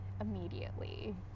immediately